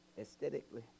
Aesthetically